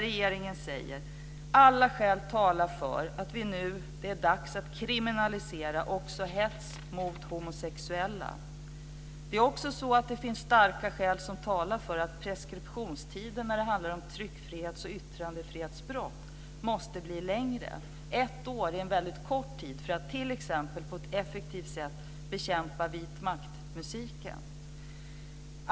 Regeringen säger att alla skäl talar för att det nu är dags att kriminalisera även hets mot homosexuella. Det finns också starka skäl som talar för att preskriptionstiden för tryckfrihets och yttrandefrihetsbrott måste bli längre. Ett år är en väldigt kort tid för att t.ex. på ett effektivt sätt bekämpa vit maktmusiken.